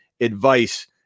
advice